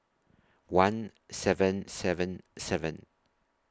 one seven seven seven